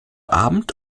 abend